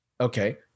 Okay